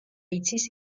იცის